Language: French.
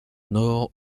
nord